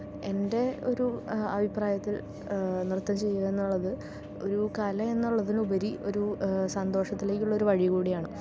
എൻ്റെ ഒരു അഭിപ്രായത്തിൽ നൃത്തം ചെയ്യുക എന്നുള്ളത് ഒരു കല എന്നുള്ളതിൽ ഉപരി ഒരു സന്തോഷത്തിലേക്കുള്ള ഒരു വഴി കൂടിയാണ്